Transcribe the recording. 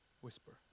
whisper